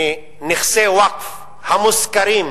מנכסי ווקף המושכרים